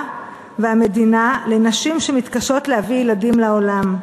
והמדינה לנשים שמתקשות להביא ילדים לעולם,